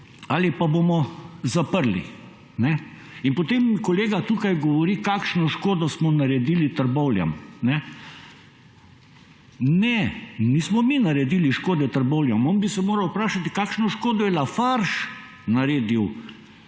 ali pa bomo zaprli. In potem kolega tukaj govori, kakšno škodo smo naredili Trbovljam. Ne, nismo mi naredili škode Trbovljam, on bi se moral vprašati, kakšno škodo je Lafarge naredil